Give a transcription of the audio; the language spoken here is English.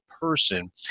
person